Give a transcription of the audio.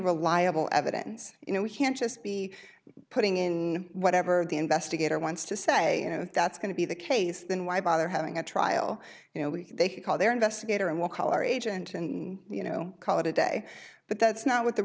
reliable evidence you know we can't just be putting in whatever the investigator wants to say you know that's going to be the case then why bother having a trial you know what they call their investigator and we'll call our agent and you know call it a day but that's not what the